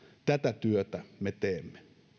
tätä työtä me teemme